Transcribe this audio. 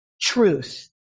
Truth